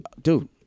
Dude